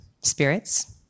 spirits